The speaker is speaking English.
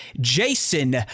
jason